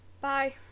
Bye